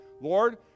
lord